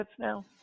now